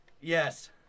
Yes